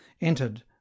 entered